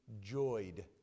joyed